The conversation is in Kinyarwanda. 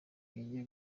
bige